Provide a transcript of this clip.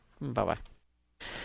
Bye-bye